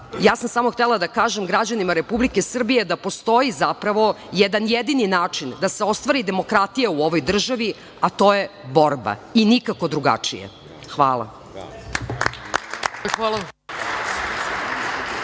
Ja sam samo htela da kažem građanima Republike Srbije da postoji zapravo jedan jedini način da se ostvari demokratija u ovoj državi, a to je borba i nikako drugačije. Hvala.